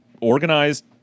organized